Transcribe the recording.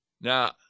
Now